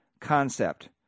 concept